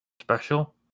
special